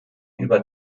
über